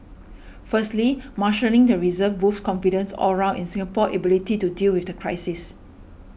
firstly marshalling the reserves boosts confidence all round in Singapore's ability to deal with the crisis